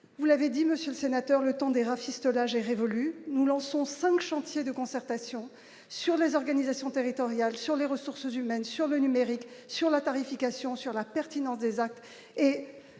vous l'avez dit, Monsieur le Sénateur, le temps des rafistolages est révolu, nous lançons 5 chantiers de concertation sur les organisations territoriales sur les ressources humaines sur le numérique sur la tarification sur la pertinence des actes